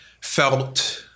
felt